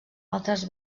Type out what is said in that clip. altres